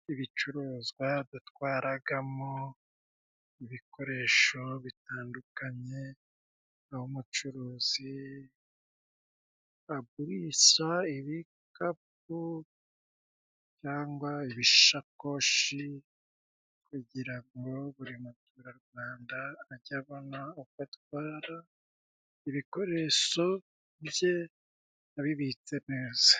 Ibicuruzwa batwaragamo ibikoresho bitandukanye, aho umucuruzi agurisha ibikapu cyangwa ibishakoshi, kugira ngo buri muturarwanda ajye abona uko atwara ibikoresho bye abibitse neza.